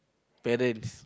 parents